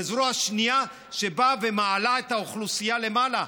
וזרוע שנייה שבאה ומעלה את האוכלוסייה למעלה,